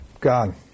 gone